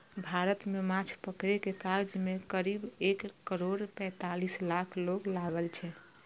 भारत मे माछ पकड़ै के काज मे करीब एक करोड़ पैंतालीस लाख लोक लागल छै